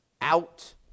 out